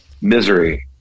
misery